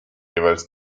jeweils